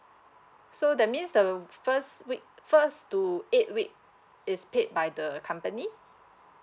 so that means the first week first to eight week is paid by the company